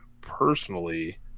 personally